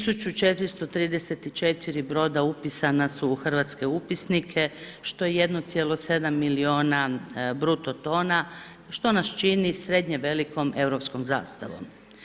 1434 broda upisana su u hrvatske upisnike što je 1,7 milijuna bruto tona što nas čini srednje velikom europskom zastavom.